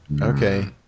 Okay